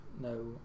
No